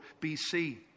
BC